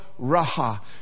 Raha